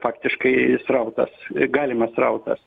faktiškai srautas galimas srautas